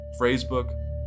phrasebook